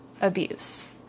abuse